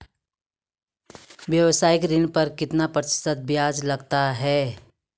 व्यावसायिक ऋण पर कितना प्रतिशत ब्याज लगता है?